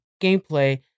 gameplay